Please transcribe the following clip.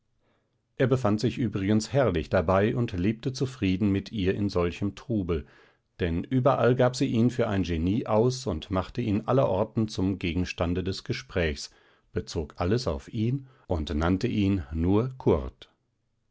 er befand sich übrigens herrlich dabei und lebte zufrieden mit ihr in solchem trubel denn überall gab sie ihn für ein genie aus und machte ihn allerorten zum gegenstande des gesprächs bezog alles auf ihn und nannte ihn nur kurt